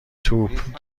توپ